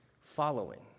following